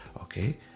okay